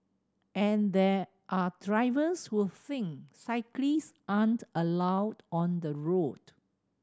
and there are drivers who think cyclists aren't allowed on the road